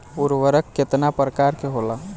उर्वरक केतना प्रकार के होला?